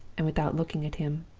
and without looking at him.